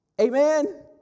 amen